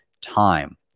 time